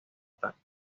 ataques